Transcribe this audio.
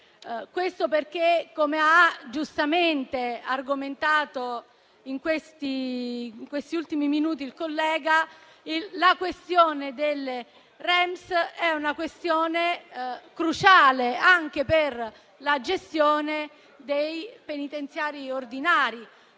perché, come ha giustamente argomentato in questi ultimi minuti il collega, la questione delle REMS è cruciale anche per la gestione dei penitenziari ordinari.